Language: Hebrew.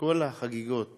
כל החגיגות